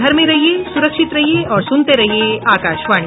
घर में रहिये सुरक्षित रहिये और सुनते रहिये आकाशवाणी